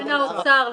משרד האוצר.